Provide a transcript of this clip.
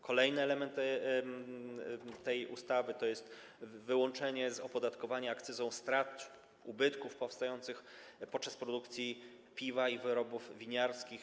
Kolejny element tej ustawy to wyłączenie z opodatkowania akcyzą strat, ubytków powstających podczas produkcji piwa i wyrobów winiarskich.